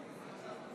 מיכאלי,